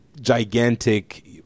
Gigantic